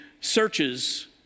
searches